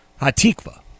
Hatikva